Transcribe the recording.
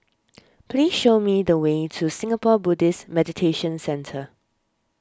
please show me the way to Singapore Buddhist Meditation Centre